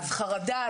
החרדה,